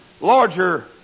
larger